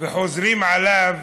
וחוזרים עליו